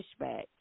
pushback